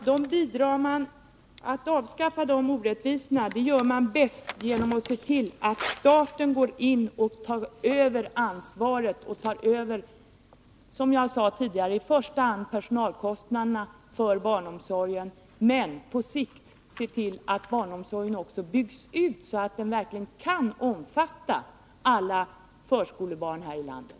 Herr talman! Dessa orättvisor bidrar man bäst till att avskaffa genom att se till att staten går in och tar över ansvaret för, som jag sade tidigare, i första hand personalkostnaderna för barnomsorgen. Men på längre sikt skall man se till att barnomsorgen också byggs ut, så att den verkligen kan omfatta alla förskolebarn här i landet.